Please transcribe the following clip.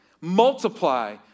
multiply